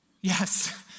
Yes